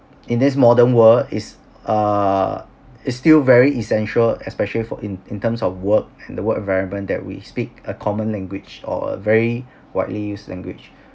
in this modern world is err is still very essential especially for in in terms of work and the work environment that we speak a common language or a very widely used language